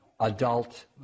Adult